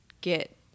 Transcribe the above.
get